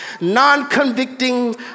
non-convicting